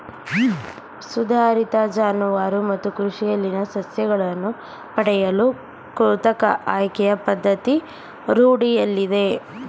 ಸುಧಾರಿತ ಜಾನುವಾರು ಮತ್ತು ಕೃಷಿಯಲ್ಲಿನ ಸಸ್ಯಗಳನ್ನು ಪಡೆಯಲು ಕೃತಕ ಆಯ್ಕೆಯ ಪದ್ಧತಿ ರೂಢಿಯಲ್ಲಿದೆ